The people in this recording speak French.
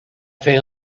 fin